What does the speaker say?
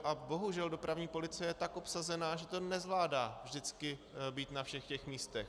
A bohužel dopravní policie je tak obsazená, že nezvládá vždycky být na všech místech.